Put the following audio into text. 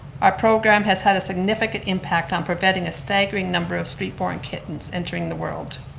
our program has had a significant impact on preventing a staggering number of street born kittens entering the world.